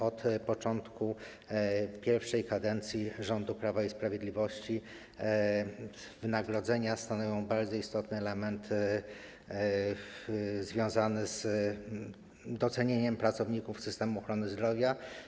Od początku pierwszej kadencji rządów Prawa i Sprawiedliwości wynagrodzenia stanowią bardzo istotny element związany z docenieniem pracowników systemu ochrony zdrowia.